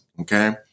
Okay